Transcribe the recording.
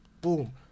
Boom